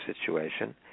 situation